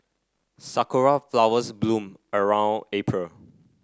sakura flowers bloom around April